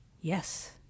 yes